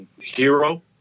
hero